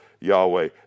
Yahweh